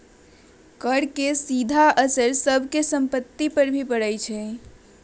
कर के सीधा असर सब के सम्पत्ति पर भी पड़ा हई